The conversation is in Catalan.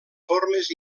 formes